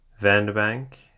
Vanderbank